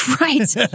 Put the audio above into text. Right